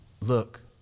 Look